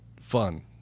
fun